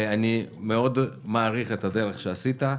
אני מעריך מאוד את הדרך שעשית.